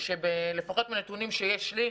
לפחות מהנתונים שיש לי,